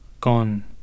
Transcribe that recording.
gone